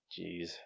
Jeez